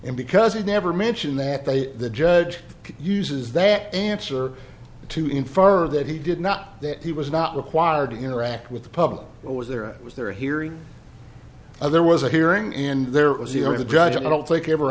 and because he never mentioned that they the judge uses that answer to infer that he did not that he was not required to interact with the public but was there was there a hearing or there was a hearing and there was hearing the judge i don't think ever